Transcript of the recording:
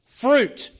fruit